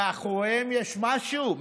מאחוריהם יש משהו.